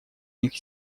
них